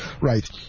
Right